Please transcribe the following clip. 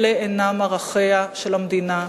אלה אינם ערכיה של המדינה,